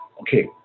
okay